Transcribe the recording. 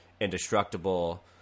indestructible